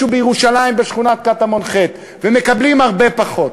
בירושלים בשכונת קטמון ח' ומקבלים הרבה פחות.